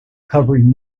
covering